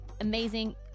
amazing